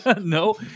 No